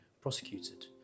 prosecuted